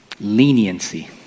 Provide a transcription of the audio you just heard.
leniency